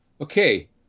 Okay